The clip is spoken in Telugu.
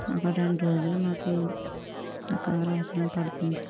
ఒకటి రెండు రోజులు మాకు కారు అవసరం పడుతుంది